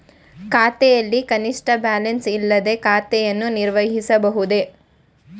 ಖಾತೆಯಲ್ಲಿ ಕನಿಷ್ಠ ಬ್ಯಾಲೆನ್ಸ್ ಇಲ್ಲದೆ ಖಾತೆಯನ್ನು ನಿರ್ವಹಿಸಬಹುದೇ?